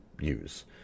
use